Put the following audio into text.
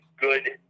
good